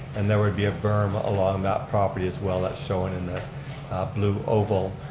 and there would be a berm along that property as well. that's shown in the blue oval.